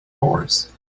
course